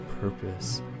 purpose